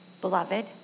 beloved